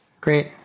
Great